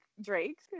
Drake